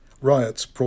riots